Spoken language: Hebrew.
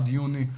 עד יוני,